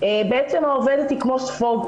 בעצם העובדת היא כמו ספוג,